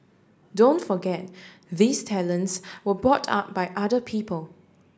don't forget these talents were brought up by other people